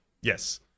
yes